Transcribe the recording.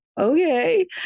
okay